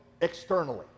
externally